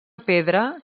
pedra